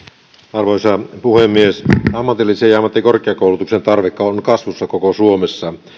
arvoisa puhemies ammatillisen ja ammattikorkeakoulutuksen tarve on kasvussa koko suomessa